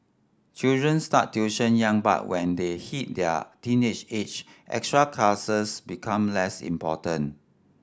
children start tuition young but when they hit their teenage age extra classes become less important